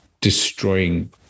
destroying